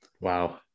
Wow